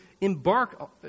embark